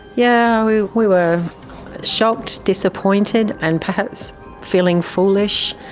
yeah we we were shocked, disappointed, and perhaps feeling foolish,